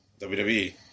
WWE